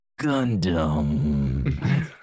gundam